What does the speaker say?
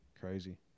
Crazy